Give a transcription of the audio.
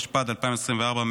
התשפ"ד 2024,